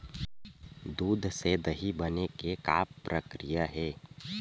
दूध से दही बने के का प्रक्रिया हे?